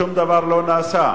שום דבר לא נעשה,